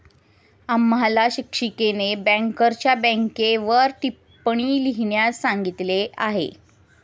आम्हाला शिक्षिकेने बँकरच्या बँकेवर टिप्पणी लिहिण्यास सांगितली आहे